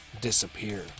disappear